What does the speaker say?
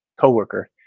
coworker